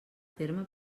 terme